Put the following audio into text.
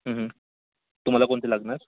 तुम्हाला कोणते लागणार